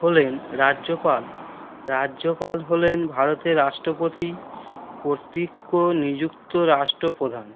হলেন রাজ্যপাল রাজ্যপাল হলেন ভারতের রাষ্ট্রপতি কর্তৃক নিযুক্ত রাষ্ট্রপ্রধান